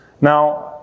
Now